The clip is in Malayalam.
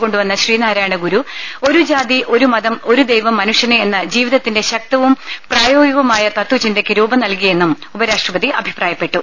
കൊണ്ടുവന്ന ശ്രീനാരായണ ഗുരു ഒരു ജാതി ഒരു മതം ഒരു ദൈവം മനുഷ്യന് എന്ന ജീവിതത്തിന്റെ ശക്തവും പ്രായോഗിക വുമായ തതചിന്തയ്ക്ക് രൂപം നൽകിയെന്നും ഉപരാഷ്ട്രപതി അഭി പ്രായപ്പെട്ടു